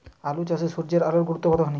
আলু চাষে সূর্যের আলোর গুরুত্ব কতখানি?